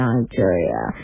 Nigeria